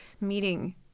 meeting